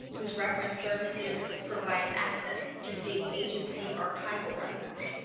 whose reference services provide access to state agency archival records